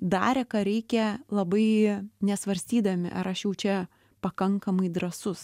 darė ką reikia labai nesvarstydami ar aš jau čia pakankamai drąsus